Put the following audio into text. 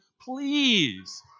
Please